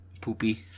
poopy